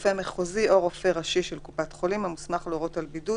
רופא מחוזי או רופא ראשי של קופת חולים המוסמך להורות על בידוד